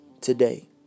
today